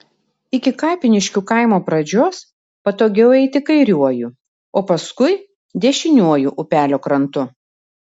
iki kapiniškių kaimo pradžios patogiau eiti kairiuoju o paskui dešiniuoju upelio krantu